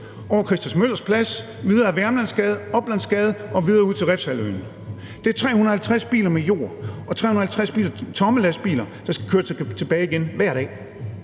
over Christmas Møllers Plads, videre ad Vermlandsgade og Uplandsgade og videre ud til Refshaleøen. Det er 350 biler med jord og 350 tomme lastbiler, der skal køre tilbage igen hver dag.